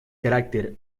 carácter